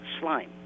slime